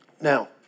Now